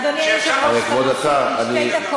אדוני היושב-ראש, אתה מוסיף לי שתי דקות?